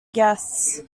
guests